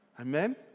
amen